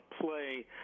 play